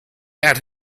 out